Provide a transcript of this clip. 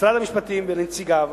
למשרד המשפטים ולנציגיו